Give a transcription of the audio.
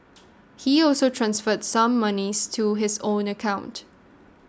he also transferred some monies to his own account